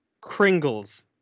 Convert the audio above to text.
Kringle's